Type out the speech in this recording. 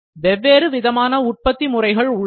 வெவ்வேறு விதமான உற்பத்தி முறைகள் உள்ளன